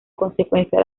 consecuencia